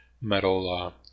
metal